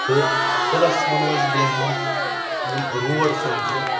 تہٕ پٔلس ونہو أسۍ بیٚیہِ ہان یِم روڈ سٲنۍ چھِ